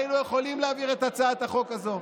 היינו יכולים להעביר את הצעת החוק הזו,